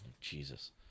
Jesus